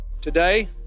Today